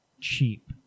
cheap